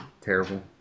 terrible